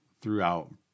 throughout